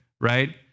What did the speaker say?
right